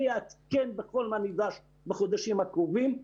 אני אעדכן בחודשים הקרובים.